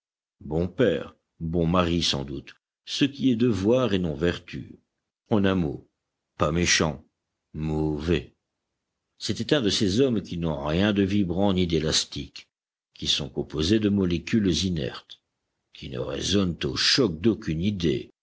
bon père bon mari sans doute ce qui est devoir et non vertu en un mot pas méchant mauvais c'était un de ces hommes qui n'ont rien de vibrant ni d'élastique qui sont composés de molécules inertes qui ne résonnent au choc d'aucune idée